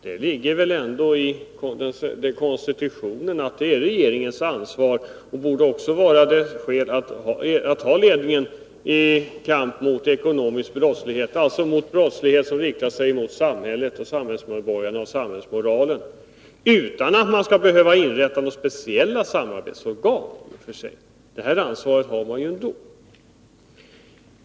Det ligger väl ändå i konstitutionen att det är regeringens ansvar att ta ledningen i kampen mot ekonomisk brottslighet — alltså brottslighet som riktar sig mot samhället, samhällsmedborgarna och samhällsmoralen — utan att det skall vara nödvändigt att inrätta några speciella samarbetsorgan. Det ansvaret har regeringen ändå.